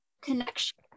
connection